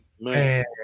man